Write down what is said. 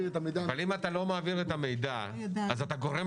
אבל אם אתה לא מעביר את המידע אז אתה גורם